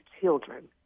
children